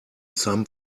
some